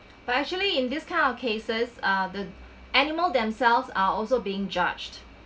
but actually in this kind of cases uh the animal themselves are also being judged